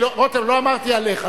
רותם, לא אמרתי עליך.